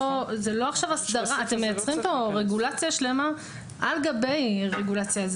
אתם מייצרים כאן רגולציה שלמה על גבי רגולציה.